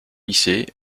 lycée